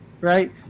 right